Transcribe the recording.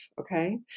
Okay